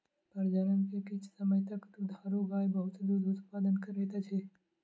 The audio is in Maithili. प्रजनन के किछ समय तक दुधारू गाय बहुत दूध उतपादन करैत अछि